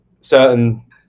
certain